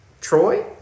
Troy